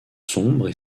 sombres